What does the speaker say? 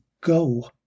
Go